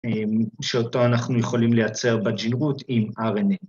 ‫שאותו אנחנו יכולים לייצר ‫בג'ילרות עם RNA.